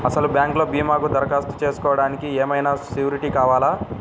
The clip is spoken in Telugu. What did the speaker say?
అసలు బ్యాంక్లో భీమాకు దరఖాస్తు చేసుకోవడానికి ఏమయినా సూరీటీ కావాలా?